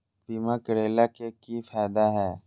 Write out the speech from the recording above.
बीमा करैला के की फायदा है?